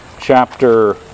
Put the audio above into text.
Chapter